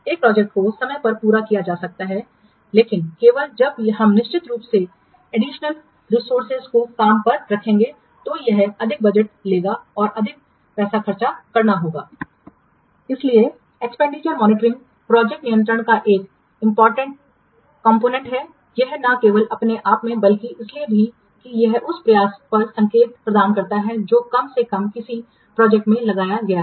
एक प्रोजेक्ट को समय पर पूरा किया जा सकता है लेकिन केवल जब हम निश्चित रूप से एडिशनल रिसोर्सेजअतिरिक्त संसाधनों को काम पर रखेंगे तो यह अधिक बजट होगा आपको और अधिक पैसा खर्च करना होगा इसलिए एक्सपेंडिचर मॉनिटरिंग प्रोजेक्ट नियंत्रण का एक महत्वपूर्ण कंपोनेंटघटक है यह न केवल अपने आप में बल्कि इसलिए भी है कि यह उस प्रयास का संकेत प्रदान करता है जो कम से कम किसी परियोजना में लगाया गया है